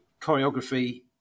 choreography